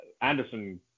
Anderson